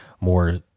more